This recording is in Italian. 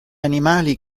animali